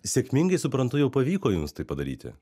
sėkmingai suprantu jau pavyko jums tai padaryti